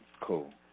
Cool